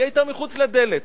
והיא היתה מחוץ לדלת.